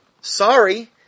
Sorry